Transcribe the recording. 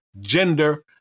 gender